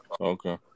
Okay